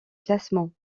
classement